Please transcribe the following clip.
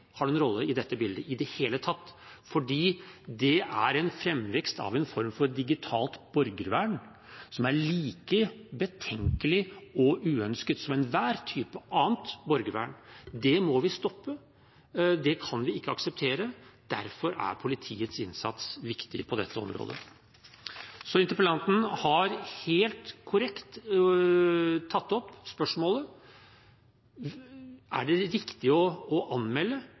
har en rolle i dette bildet i det hele tatt, for det er en framvekst av en form for digitalt borgervern som er like betenkelig og uønsket som enhver type annet borgervern. Det må vi stoppe. Det kan vi ikke akseptere. Derfor er politiets innsats på dette området viktig. Interpellanten har helt korrekt tatt opp spørsmålet hvorvidt det er riktig å anmelde, men svaret er selvfølgelig ja. Vi må for enhver pris anmelde